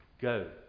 Go